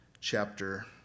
chapter